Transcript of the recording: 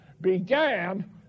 began